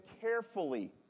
carefully